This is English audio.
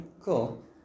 cool